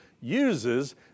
uses